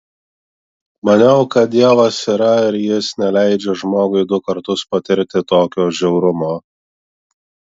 maniau kad dievas yra ir jis neleidžia žmogui du kartus patirti tokio žiaurumo